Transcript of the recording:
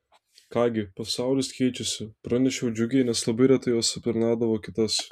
ką gi pasaulis keičiasi pranešiau džiugiai nes labai retai jos aptarnaudavo kitas